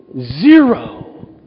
Zero